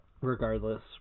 Regardless